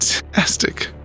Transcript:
Fantastic